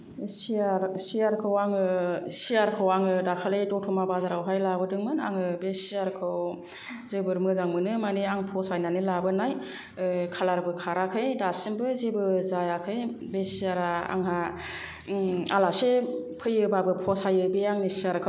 सियार सियारखौ आङो सियारखौ आङो दाखालि दतमा बाजाराव हाय लाबोदोंमोन आङो बे सियारखौ जोबोद मोजां मोनो मानि आं फसाय खानाय लाबोनाय खालारबो खाराखै दासिमबो जेबो जायाखै बे सियारा आंहा आलासि फैयोबाबो फसायो बे आंनि सियारखौ